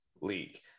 league